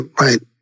right